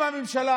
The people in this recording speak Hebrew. אם הממשלה,